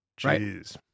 Jeez